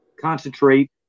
concentrate